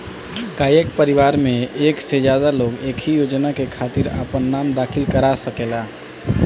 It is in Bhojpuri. का एक परिवार में एक से ज्यादा लोग एक ही योजना के खातिर आपन नाम दाखिल करा सकेला?